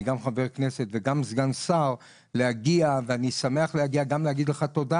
אני גם חבר כנסת וגם שגן שר ואני שמח להגיע גם כדי להגיד לך לתת,